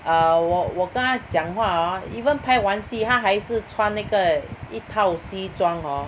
err 我我跟他讲话 orh even 拍完戏他还是穿那个一套西装 hor